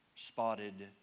spotted